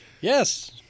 Yes